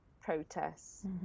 protests